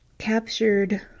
captured